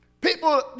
People